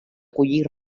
collir